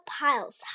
piles